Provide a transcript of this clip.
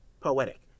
poetic